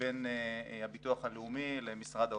בין הביטוח הלאומי למשרד האוצר.